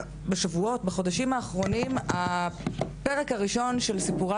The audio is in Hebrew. בחודשים האחרונים הפרק הראשון של 'סיפורה